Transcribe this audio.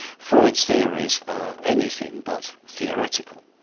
freud's theories are anything but theoretical.